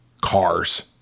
cars